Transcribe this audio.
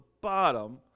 bottom